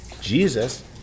Jesus